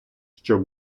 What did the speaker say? щоб